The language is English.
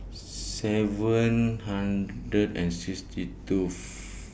seven hundred and sixty two